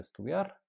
estudiar